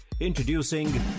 Introducing